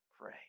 pray